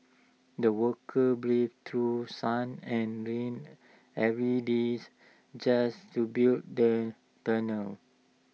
the workers braved through sun and rain every days just to build the tunnel